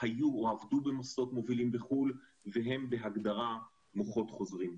היו או עבדו במוסדות מובילים בחו"ל והם בהגדרה מוחות חוזרים.